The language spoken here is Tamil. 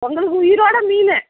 உங்களுக்கு உயிரோடய மீன்